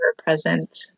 ever-present